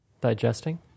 Digesting